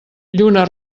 lluna